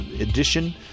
edition